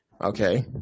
Okay